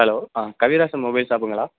hello Kavirasu mobile ஷாப்புங்களா